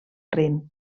rin